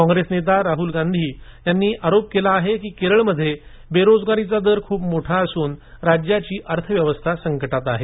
कांग्रेस नेता राहुल गांधी यांनी आरोप केलाआहे की केरळमध्ये बेरोजगारीचा दर खूप मोठा असून राज्याची अर्थव्यवस्था संकटात आहे